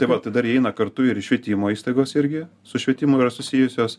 tai va tai dar įeina kartu ir švietimo įstaigos irgi su švietimu yra susijusios